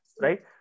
right